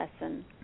lesson